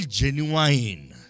genuine